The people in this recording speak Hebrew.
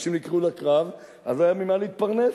אנשים נקראו לקרב אז היה ממה להתפרנס,